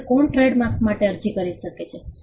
હવે કોણ ટ્રેડમાર્ક માટે અરજી કરી શકે છે